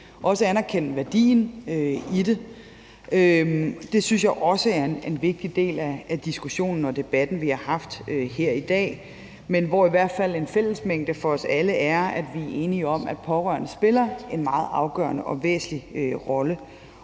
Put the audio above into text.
også anerkende værdien i det. Det synes jeg også er en vigtig del af diskussionen og debatten, vi har haft her i dag. Men en fællesmængde for os alle er i hvert fald, at vi er enige om, at pårørende spiller en meget afgørende og væsentlig rolle,